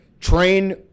train